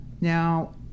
now